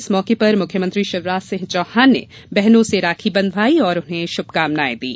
इस मौके पर मुख्यमंत्री शिवराज सिंह चौहान ने बहनों से राखी बंधवायी और उन्हें शुभकामनाएं दी